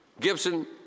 Gibson